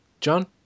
John